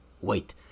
wait